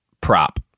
prop